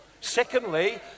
Secondly